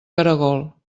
caragol